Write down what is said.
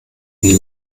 die